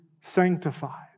sanctified